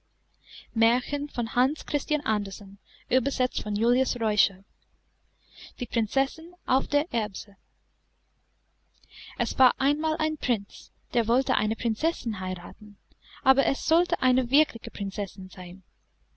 die prinzessin auf der erbse es war einmal ein prinz der wollte eine prinzessin heiraten aber es sollte eine wirkliche prinzessin sein